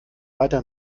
weiter